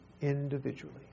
individually